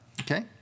Okay